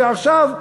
ועכשיו,